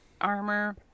armor